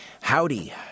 Howdy